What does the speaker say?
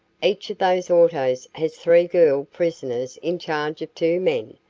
each of those autos has three girl prisoners in charge of two men,